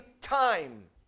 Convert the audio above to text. time